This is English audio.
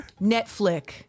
netflix